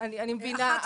אני מבינה,